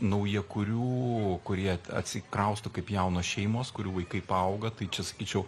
naujakurių kurie atsikrausto kaip jaunos šeimos kurių vaikai paauga tai čia sakyčiau